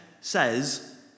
says